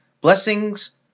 Blessings